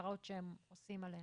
הבקרות שהם עושים עליהם.